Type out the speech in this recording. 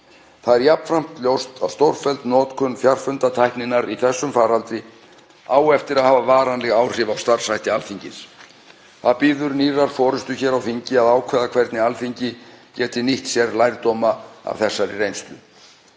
það. Jafnframt er ljóst að stórfelld notkun fjarfundatækninnar í þessum faraldri á eftir að hafa varanleg áhrif á starfshætti Alþingis. Það bíður nýrrar forystu hér á þingi að ákveða hvernig Alþingi getur nýtt sér lærdóma af þessari reynslu.